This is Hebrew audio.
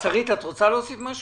שרית, את רוצה להוסיף משהו?